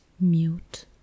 mute